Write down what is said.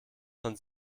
von